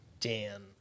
Dan